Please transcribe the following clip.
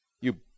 You